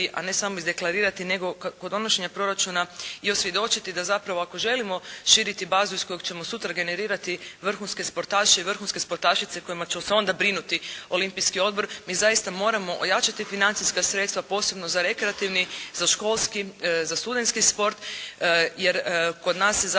a ne samo izdeklamirati, nego kod donošenja proračuna i osvjedočiti da zapravo ako želimo širiti bazu iz kojeg ćemo sutra generirati vrhunske sportaše i vrhunske sportašice o kojima će se onda brinuti Olimpijski odbor. Mi zaista moramo ojačati financijska sredstva posebno za rekreativni, za školski, za studenski sport. Jer kod nas je zapravo